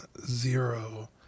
zero